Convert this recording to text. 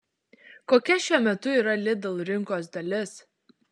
kokia šiuo metu yra lidl rinkos dalis